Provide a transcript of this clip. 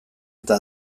eta